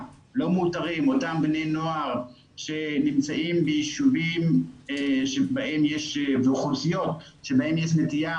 לא מאותרים אותם בני נוער שנמצאים ביישובים ואוכלוסיות שבהם יש נטייה